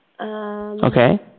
Okay